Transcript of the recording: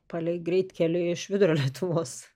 palei greitkelį iš vidurio lietuvos